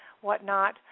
whatnot